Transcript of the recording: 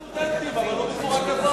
אפשר לתגמל סטודנטים, אבל לא בצורה כזאת.